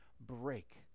break